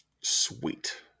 Sweet